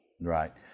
Right